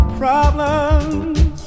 problems